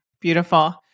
Beautiful